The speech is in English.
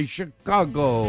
Chicago